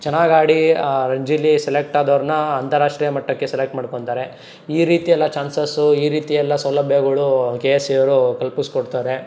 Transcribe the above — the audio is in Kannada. ಚೆನ್ನಾಗಾಡಿ ರಣಜೀಲಿ ಸೆಲೆಕ್ಟ್ ಆದವ್ರನ್ನ ಅಂತರಾಷ್ಟ್ರೀಯ ಮಟ್ಟಕ್ಕೆ ಸೆಲೆಕ್ಟ್ ಮಾಡ್ಕೊಳ್ತಾರೆ ಈ ರೀತಿಯೆಲ್ಲ ಚಾನ್ಸಸ್ಸು ಈ ರೀತಿಯೆಲ್ಲ ಸೌಲಭ್ಯಗಳೂ ಕೆ ಎಸ್ ಸಿ ಎ ಅವರು ಕಲ್ಪಿಸ್ಕೊಡ್ತಾರೆ